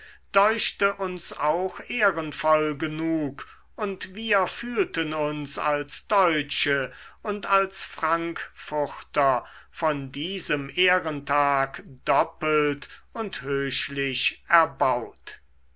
deuchte uns auch ehrenvoll genug und wir fühlten uns als deutsche und als frankfurter von diesem ehrentag doppelt und höchlich erbaut